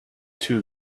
too